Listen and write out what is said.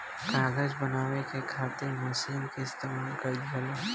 कागज बनावे के खातिर मशीन के इस्तमाल कईल जाला